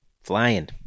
Flying